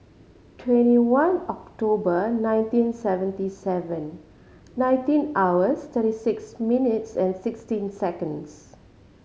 twenty one October nineteen seventy seven nineteen hours thirty six minutes and sixteen seconds